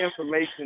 information